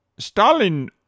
Stalin